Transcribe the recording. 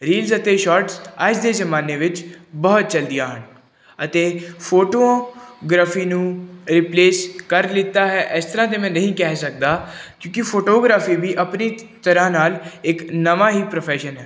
reels ਅਤੇ shorts ਅੱਜ ਦੇ ਜ਼ਮਾਨੇ ਵਿੱਚ ਬਹੁਤ ਚਲਦੀਆਂ ਹਨ ਅਤੇ ਫੋਟੋਓਗਰਾਫੀ ਨੂੰ ਰਿਪਲੇਸ ਕਰ ਦਿੱਤਾ ਹੈ ਇਸ ਤਰ੍ਹਾਂ ਤਾਂ ਮੈਂ ਨਹੀਂ ਕਹਿ ਸਕਦਾ ਕਿਉਂਕਿ ਫੋਟੋਗ੍ਰਾਫੀ ਵੀ ਆਪਣੀ ਤਰ੍ਹਾਂ ਨਾਲ ਇੱਕ ਨਵਾਂ ਹੀ ਪ੍ਰੋਫੈਸ਼ਨ ਹੈ